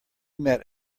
met